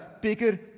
bigger